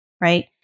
Right